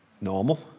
normal